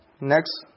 next